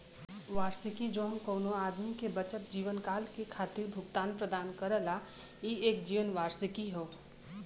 वार्षिकी जौन कउनो आदमी के बचल जीवनकाल के खातिर भुगतान प्रदान करला ई एक जीवन वार्षिकी हौ